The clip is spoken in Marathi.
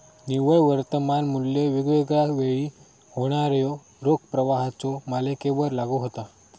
निव्वळ वर्तमान मू्ल्य वेगवेगळा वेळी होणाऱ्यो रोख प्रवाहाच्यो मालिकेवर लागू होता